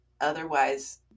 otherwise